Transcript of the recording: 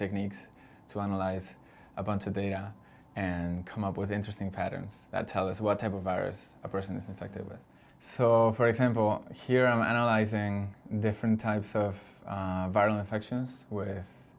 techniques to analyze a bunch of data and come up with interesting patterns that tell us what type of virus a person is infected with so for example here i'm analyzing different types of viral infections with